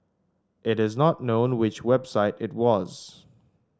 it is not known which website it was